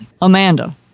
Amanda